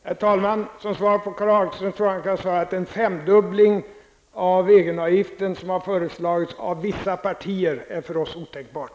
Herr talman! Som svar till Karl Hagströms fråga kan jag säga att en femdubbling av egenavgiften, något som har föreslagits av vissa partier, är för oss helt otänkbart.